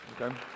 Okay